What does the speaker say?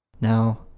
Now